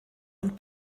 und